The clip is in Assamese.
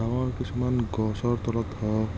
ডাঙৰ কিছুমান গছৰ তলত হওক